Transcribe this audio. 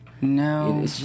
No